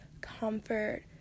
comfort